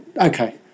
Okay